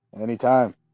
Anytime